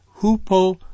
hupo